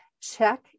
check